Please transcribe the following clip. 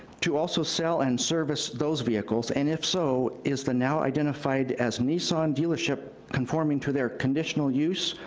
to also sell and service those vehicles, and if so, is the now identified as nissan dealership conforming to their conditional use,